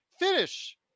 finish